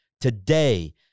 Today